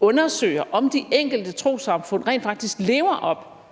undersøger, om de enkelte trossamfund rent faktisk lever op